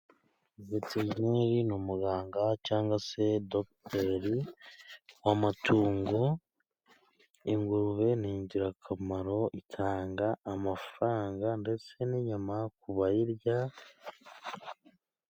Ndetse nuyu ni umuganga cyangwa se dogiterite w'amatungo. Ingurube ni ingirakamaro itanga amafaranga ndetse n'inyama kubayirya.